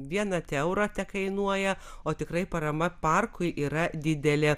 vieną te eurą tekainuoja o tikrai parama parkui yra didelė